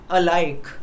alike